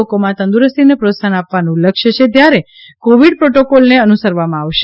લોકોમાં તંદુરસ્તીને પ્રોત્સાહન આપવાનું લક્ષ્ય છે ત્યારે કોવિડ પ્રોટોકોલને અનુસરવામાં આવશે